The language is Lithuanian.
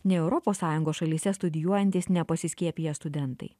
ne europos sąjungos šalyse studijuojantys nepasiskiepiję studentai